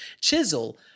chisel